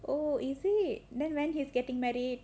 oh is it then when is he getting married